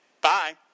Bye